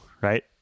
right